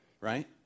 Right